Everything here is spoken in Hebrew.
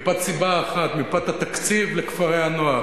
מפאת סיבה אחת, מפאת התקציב לכפרי-הנוער.